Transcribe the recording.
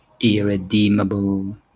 irredeemable